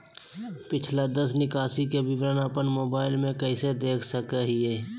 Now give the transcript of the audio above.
पिछला दस निकासी के विवरण अपन मोबाईल पे कैसे देख सके हियई?